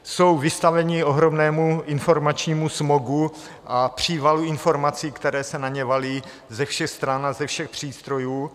Jsou vystavení ohromnému informačními smogu a přívalu informací, které se na ně valí ze všech stran a ze všech přístrojů.